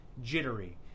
jittery